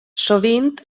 sovint